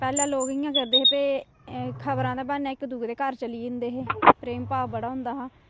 पैह्लें लोग इ'यां करदे हे भई खबरां दे ब्हान्ने इक दूए दे घर चली जंदे हे प्रेम भाव बड़ा होंदा हा